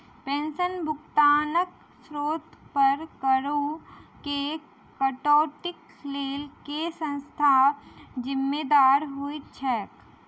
पेंशनक भुगतानक स्त्रोत पर करऽ केँ कटौतीक लेल केँ संस्था जिम्मेदार होइत छैक?